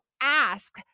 ask